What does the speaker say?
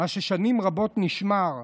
מה ששנים רבות נשמר,